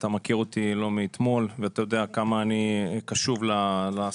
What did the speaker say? אתה מכיר אותי לא מאתמול ואתה יודע כמה אני קשוב לסוגיה